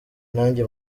nanjye